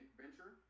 venture